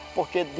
Porque